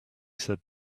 said